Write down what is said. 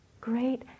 great